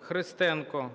Христенко.